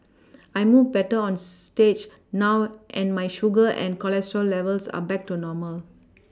I move better on stage now and my sugar and cholesterol levels are back to normal